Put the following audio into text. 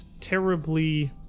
terribly